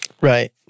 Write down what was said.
Right